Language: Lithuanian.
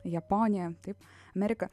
japonija taip amerika